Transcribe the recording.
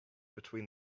between